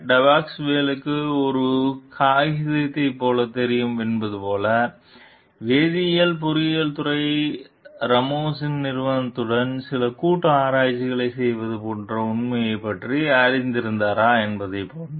டெபாஸ்குவேலுக்கு ஒரே காகிதத்தைப் போலத் தெரியுமா என்பது போலவேதியியல் பொறியியல் துறை ராமோஸின் நிறுவனத்துடன் சில கூட்டு ஆராய்ச்சிகளைச் செய்வது போன்ற உண்மையைப் பற்றி அறிந்திருந்தாரா என்பதைப் போல